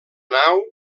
nau